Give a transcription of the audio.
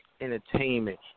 entertainment